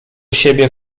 siebie